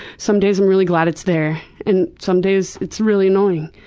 some days i'm really glad it's there. and some days it's really annoying